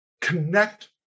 connect